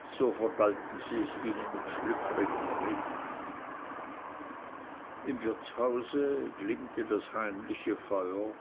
so vergalten sie es ihnen mit schlüpferigen reden im wirtshause glimmte das heimliche feuer